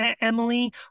emily